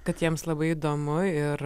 kad jiems labai įdomu ir